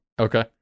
Okay